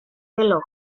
reloj